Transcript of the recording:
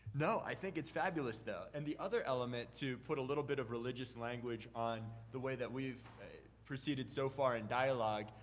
no, i think it's fabulous, though. and the other element to put a little bit of religious language on the way that we've preceded so far in dialogue,